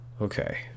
Okay